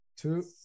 Two